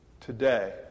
today